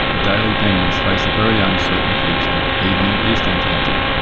adelie penguins face a very uncertain future even in east antarctica.